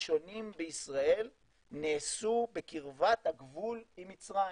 הראשונים בישראל נעשו בקרבת הגבול עם מצרים.